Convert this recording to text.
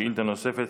שאילתה נוספת,